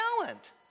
talent